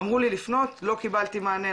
אמרו לי לפנות לא קיבלתי מענה,